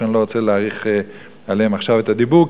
שאני לא רוצה להאריך עליהם עכשיו את הדיבור,